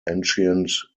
ancient